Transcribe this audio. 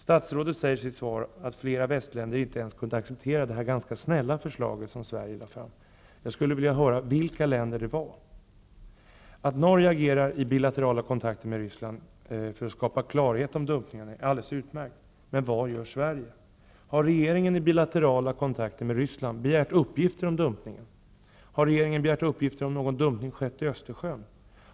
Statsrådet säger i sitt svar att flera västländer inte ens kunde acceptera detta ganska snälla förslag som Sverige lade fram. Jag skulle vilja höra vilka länder detta var. Att Norge agerar i bilaterala kontakter med Ryssland för att skapa klarhet om dumpningarna är alldeles utmärkt, men vad gör Sverige? Har regeringen i bilaterala kontakter med Ryssland begärt uppgifter om dumpningen? Har regeringen begärt uppgifter om huruvida någon dumpning skett i Östersjön?